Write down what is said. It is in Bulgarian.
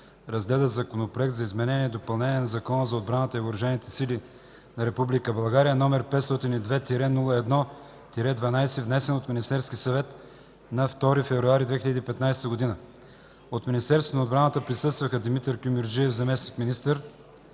разгледа Законопроект за изменение и допълнение на Закона за отбраната и въоръжените сили на Република България, № 502-01-12, внесен от Министерски съвет на 2 февруари 2015 г. От Министерството на отбраната присъстваха: Димитър Кюмюрджиев – заместник-министър,